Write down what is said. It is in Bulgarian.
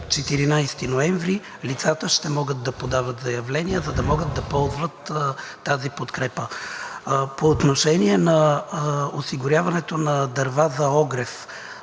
14 ноември лицата ще могат да подават заявления, за да ползват тази подкрепа. По отношение на осигуряването на дърва за огрев.